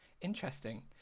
Interesting